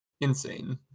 Insane